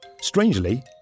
Strangely